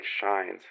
shines